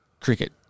cricket